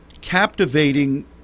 captivating